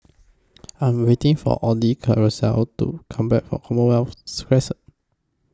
I'm waiting For Audie Carousel to Come Back from Commonwealth Crescent